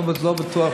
אבל אני לא בטוח בזה.